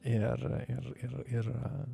ir ir ir ir